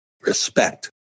respect